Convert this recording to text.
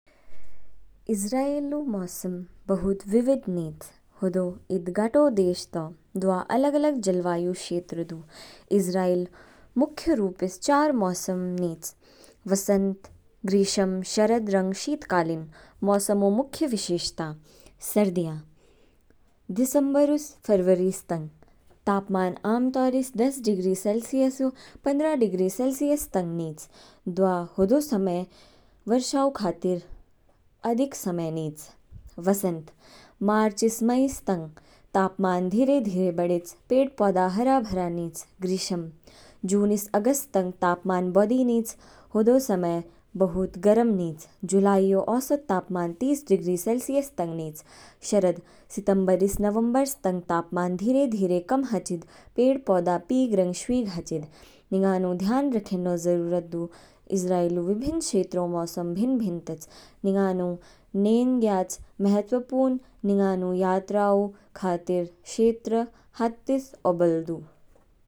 इस्राएल ऊ मौसम बहुत विविध निच, ईद घाटो देश तौ, दवा अलग अलग जलवायु क्षेत्र दु। इस्राएल मुख्य रूपस चार मौसम निच, वसंत, ग्रीष्म, शरद रंग शीतकालीन। मौसम ऊ मुख्य विशेषता, सर्दियाँ, दिसंबर स फरवरीस तंग, तापमान आमतौरस दस डिग्री सेलसियस ऊ पंद्रह डिग्री सेलसियस तंग निच, दवा हौदो समय वर्षा ऊ खातिर अधिक समय निच। वसंत, मार्चस मईस तंग, तापमान धीरे-धीरे बढ़ेच, पेड़ पौधा हरा भरा निच। ग्रीष्म, जूनस अगस्त तंग, तापमान बौदि निच, हौदो समय बहुत गर्म निच, जुलाईऔ औसत तापमान तीस डिग्री सेलसियस तंग निच। शरद, सितंबरस नवंबरस तंग तापमान धीरे-धीरे कम हाचिद, पेड़ पौधा पीग रंग शवीग हाचिद। निंगानु ध्यान रखेन्नो जरुरत दु इस्राएल ऊ विभिन्न क्षेत्रों मौसम भिन्न भिन्न तच, निगानु नेम ज्ञयाच महत्वपूर्ण निंगानु यात्राऊ खातिर क्षेत्र हातिस दु।